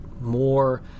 more